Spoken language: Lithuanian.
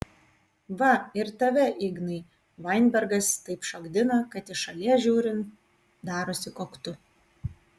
va ir tave ignai vainbergas taip šokdina kad iš šalies žiūrint darosi koktu